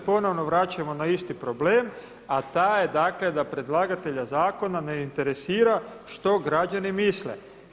Da, tu se ponovno vraćamo na isti problem, a taj je dakle da predlagatelja zakona ne interesira što građani misle.